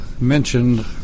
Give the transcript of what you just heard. mentioned